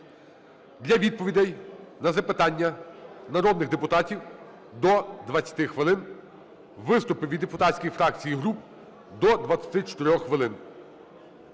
Для відповідей на запитання народних депутатів – до 20 хвилин. Виступи від депутатських фракцій і груп – до 24 хвилин.